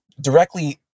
directly